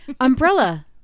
Umbrella